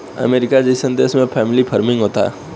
अमरीका जइसन देश में फैमिली फार्मिंग होता